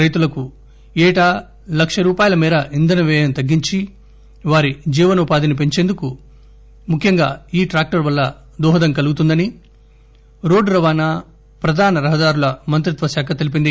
రైతులకు ఏటా లక్ష రూపాయల మేర ఇంధన వ్యయం తగ్గించి వారి జీవనోపాధిని పెంచేందుకు ముఖ్యంగా ఈ ట్రాక్టర్ వల్ల దోహదం కలుగుతుందని రోడ్డు రవాణా ప్రధాన రహదారుల మంత్రిత్వశాఖ తెలిపింది